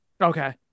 Okay